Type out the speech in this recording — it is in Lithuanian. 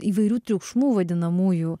įvairių triukšmų vadinamųjų